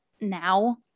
now